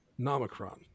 nomicron